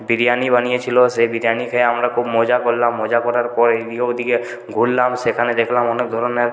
বিরিয়ানি বানিয়েছিল সেই বিরিয়ানি খেয়ে আমরা খুব মজা করলাম মজা করার পর এইদিকে ওইদিকে ঘুরলাম সেখানে দেখলাম অনেক ধরনের